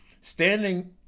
Standing